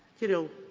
you know,